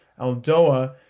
Aldoa